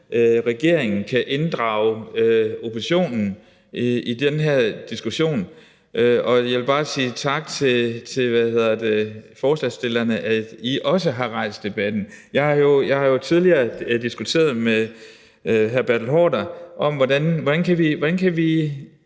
regeringen kan inddrage oppositionen i den her diskussion. Og jeg vil bare sige tak til forslagsstillerne for, at I også har rejst debatten. Jeg har jo tidligere diskuteret med hr. Bertel Haarder, hvordan vi